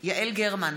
יעל גרמן,